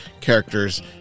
characters